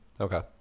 Okay